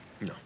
No